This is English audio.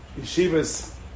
yeshivas